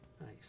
Nice